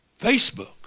Facebook